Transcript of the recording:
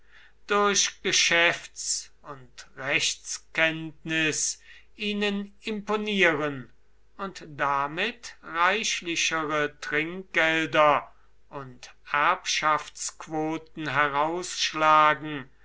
durch geschäfts und rechtskenntnis ihnen imponieren und damit reichlichere trinkgelder und erbschaftsquoten herausschlagen